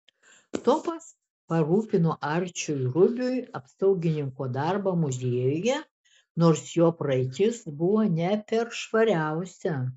tomas parūpino arčiui rubiui apsaugininko darbą muziejuje nors jo praeitis buvo ne per švariausia